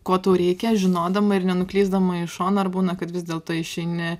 ko tau reikia žinodama ir nenuklysdama į šoną ar būna kad vis dėlto išeini